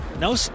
no